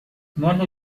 منو